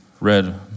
read